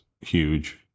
huge